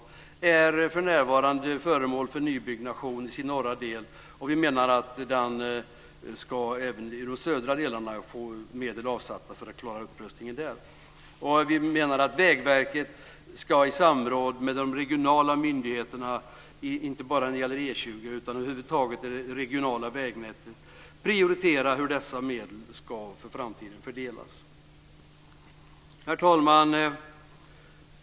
Den är för närvarande föremål för nybyggnation i sin norra del. Vi menar att det även ska avsättas medel för att klara upprustningen av de södra delarna. Vägverket ska i samråd med de regionala myndigheterna prioritera hur dessa medel ska fördelas för framtiden inte bara för E 20 utan för det regionala vägnätet över huvud taget. Herr talman!